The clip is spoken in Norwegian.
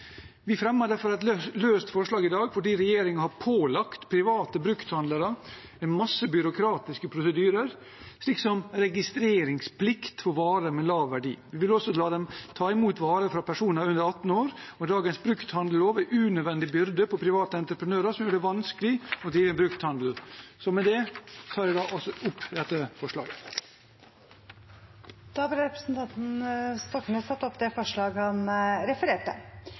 Vi fremmer derfor et forslag i dag fordi regjeringen har pålagt private brukthandlere en masse byråkratiske prosedyrer, slik som registreringsplikt for varer med lav verdi. Vi vil også la dem ta imot varer fra personer under 18 år. Dagens brukthandellov er en unødvendig byrde på private entreprenører som vil gjøre det vanskelig å drive en brukthandel. Med det tar jeg opp våre forslag. Representanten Per Espen Stoknes har tatt opp de forslagene han refererte